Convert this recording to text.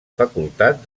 facultat